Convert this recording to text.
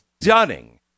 stunning